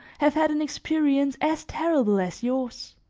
have had an experience as terrible as yours.